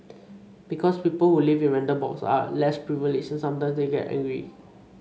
because people who live in rental blocks are less privileged sometimes they get angry